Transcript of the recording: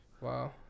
Wow